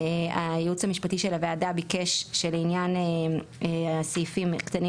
הייעוץ המשפטי של הוועדה ביקש שלעניין הסעיפים הקטנים